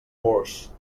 horse